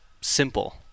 simple